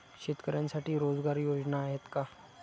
शेतकऱ्यांसाठी रोजगार योजना आहेत का?